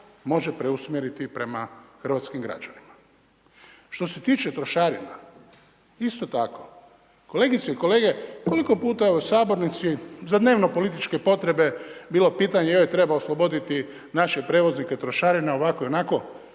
može preusmjeriti prema hrvatskim građanima. Što se tiče trošarina, isto tako. Kolegice i kolege, koliko je puta u sabornici za dnevno političke potrebe bilo pitanje e treba osloboditi naše prijevoznike od trošarina, ovako i onako,,